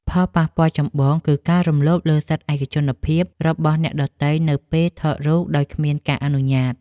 ផលប៉ះពាល់ចម្បងគឺការរំលោភលើសិទ្ធិឯកជនភាពរបស់អ្នកដទៃនៅពេលថតរូបដោយគ្មានការអនុញ្ញាត។